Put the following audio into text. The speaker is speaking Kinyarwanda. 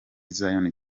zion